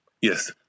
Yes